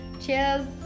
Cheers